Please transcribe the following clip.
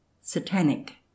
satanic